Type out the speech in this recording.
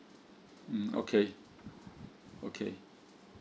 mm okay okay